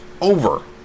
over